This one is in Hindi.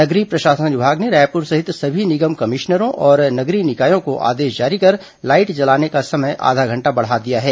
नगरीय प्रशासन विभाग ने रायपुर सहित सभी निगम कमिश्नरों और नगरीय निकायों को आदेश जारी कर लाईट जलाने का समय आधा घंटा बढ़ा दिया है